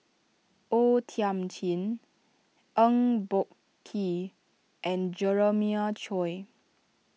O Thiam Chin Eng Boh Kee and Jeremiah Choy